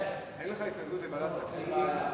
אין בעיה.